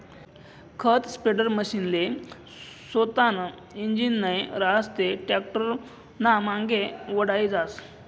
खत स्प्रेडरमशीनले सोतानं इंजीन नै रहास ते टॅक्टरनामांगे वढाई जास